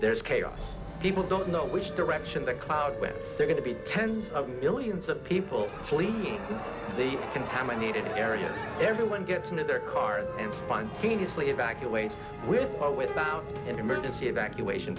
there's chaos people don't know which direction the cloud where they're going to be tens of millions of people flee the contaminated area everyone gets into their cars and spontaneously evacuated with or without emergency evacuation